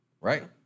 Right